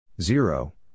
zero